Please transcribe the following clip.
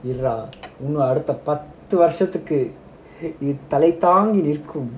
ya இன்னும் அடுத்த பத்து வருஷத்துக்கு இது தலை தாங்கி நிற்கும்:innum adutha pathu varushathuku idhu thalai thaangi nirgum